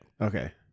Okay